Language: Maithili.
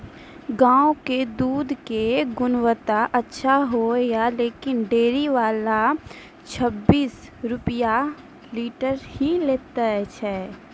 गांव के दूध के गुणवत्ता अच्छा होय या लेकिन डेयरी वाला छब्बीस रुपिया लीटर ही लेय छै?